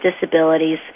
disabilities